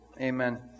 Amen